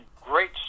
great